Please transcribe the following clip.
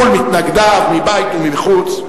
מול מתנגדיו מבית ומחוץ,